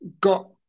got